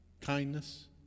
Kindness